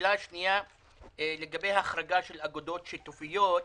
השאלה השנייה היא לגבי החרגה של אגודות שיתופיות.